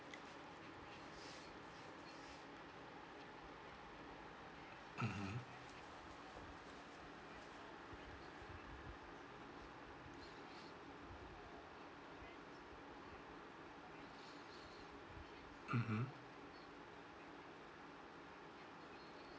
mmhmm mmhmm